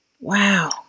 wow